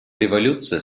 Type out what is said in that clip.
революция